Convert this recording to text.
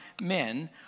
men